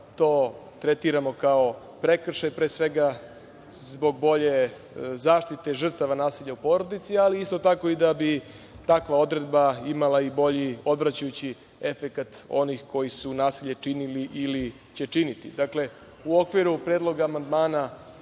to tretiramo kao prekršaj, pre svega, zbog bolje zaštite žrtava nasilja u porodici, ali isto tako i da bi takva odredba imala i bolji odvraćajući efekat onih koji su nasilje činili ili će činiti. Dakle, u okviru predloga amandmana